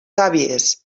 àvies